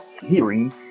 hearing